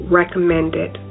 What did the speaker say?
recommended